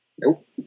Nope